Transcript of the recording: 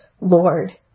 Lord